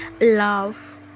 love